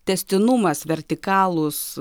tęstinumas vertikalūs